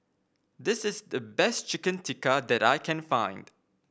this is the best Chicken Tikka that I can find